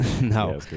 no